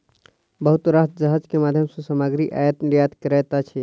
बहुत राष्ट्र जहाज के माध्यम सॅ सामग्री आयत निर्यात करैत अछि